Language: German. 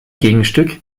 gegenstück